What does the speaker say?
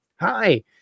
hi